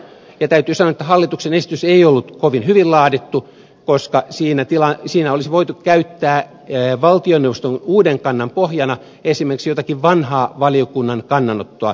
täytyy sanoa että hallituksen esitys ei ollut kovin hyvin laadittu koska siinä olisi voitu käyttää valtioneuvoston uuden kannan pohjana esimerkiksi jotakin vanhaa valiokunnan kannanottoa